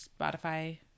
Spotify